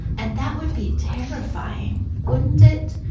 and that would be terrifying, wouldn't it,